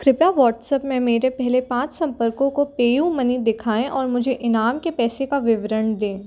कृपया व्हाट्सएप में मेरे पहले पाँच संपर्कों को पेयूमनी दिखाएँ और मुझे इनाम के पैसे का विवरण दें